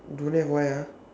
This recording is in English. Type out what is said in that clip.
don't have why ah